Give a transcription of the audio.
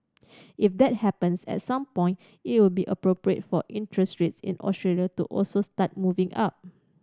if that happens at some point it will be appropriate for interest rates in Australia to also start moving up